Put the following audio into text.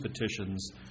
petitions